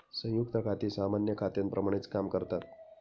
संयुक्त खाती सामान्य खात्यांप्रमाणेच काम करतात